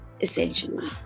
essentially